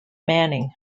manning